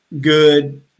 good